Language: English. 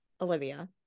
Olivia